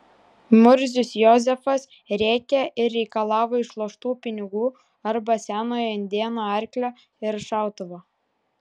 murzius jozefas rėkė ir reikalavo išloštų pinigų arba senojo indėno arklio ir šautuvo